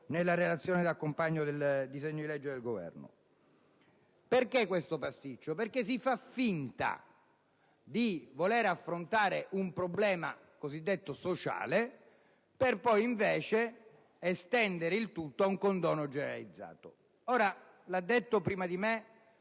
nella relazione di accompagnamento del disegno di legge del Governo. Il pasticcio nasce dal fatto che si fa finta di voler affrontare un problema cosiddetto sociale per poi estendere il tutto a un condono generalizzato. L'ha detto prima di me